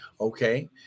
Okay